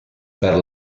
per